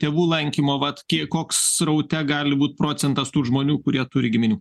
tėvų lankymo vat kiek koks sraute gali būti procentas tų žmonių kurie turi giminių